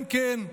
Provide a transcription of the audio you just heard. כן, כן,